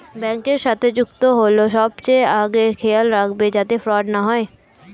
ব্যাংকের সাথে যুক্ত হল সবচেয়ে আগে খেয়াল রাখবে যাতে ফ্রড না হয়